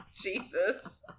Jesus